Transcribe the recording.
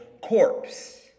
corpse